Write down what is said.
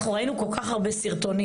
ראינו כל כך הרבה סרטונים.